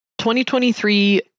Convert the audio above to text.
2023